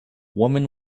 woman